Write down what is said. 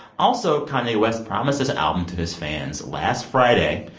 also, kanye west promised this album to his fans last friday.